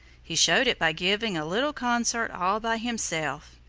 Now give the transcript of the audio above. he showed it by giving a little concert all by himself.